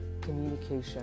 communication